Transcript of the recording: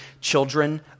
children